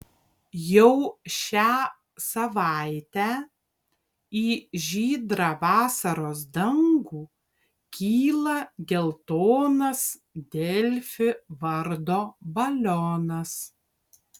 jau šią savaitę į žydrą vasaros dangų kyla geltonas delfi vardo balionas